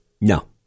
no